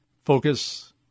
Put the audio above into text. Focus